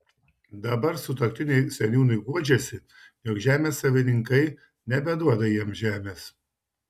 dabar sutuoktiniai seniūnui guodžiasi jog žemės savininkai nebeduoda jiems žemės